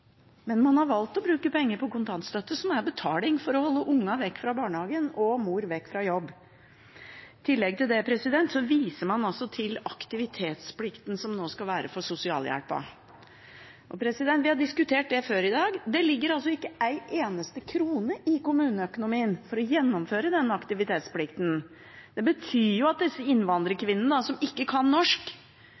men man har valgt ikke å bruke penger på det. Man har derimot valgt å bruke penger på kontantstøtte, som er betaling for å holde ungene vekk fra barnehagen og mor vekk fra jobb. I tillegg viser man til aktivitetsplikten som nå skal være for sosialhjelpen. Vi har diskutert det før i dag. Det ligger ikke en eneste krone i kommuneøkonomien til å gjennomføre denne aktivitetsplikten. Det betyr jo at de innvandrerkvinnene som ikke kan norsk,